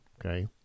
okay